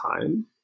time